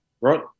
right